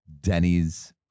Denny's